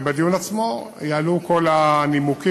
ובדיון עצמו יעלו כל הנימוקים.